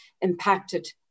impacted